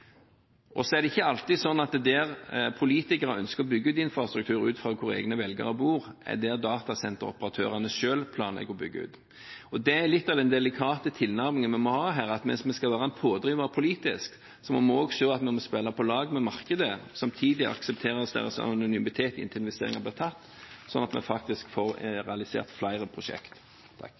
Og så er det ikke alltid sånn at der politikerne ønsker å bygge ut infrastruktur ut fra hvor egne velgere bor, er der datasenteroperatørene selv planlegger å bygge ut. Det er litt av den delikate tilnærmingen vi må ha her, at mens vi skal være en pådriver politisk, må vi også se at vi må spille på lag med markedet og samtidig akseptere deres anonymitet inntil investeringer blir tatt, slik at vi faktisk får realisert flere